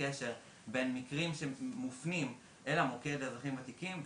צהריים טובים.